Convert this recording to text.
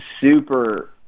super